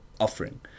offering